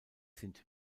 sind